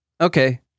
okay